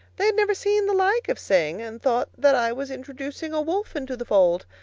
they had never seen the like of sing, and thought that i was introducing a wolf into the fold.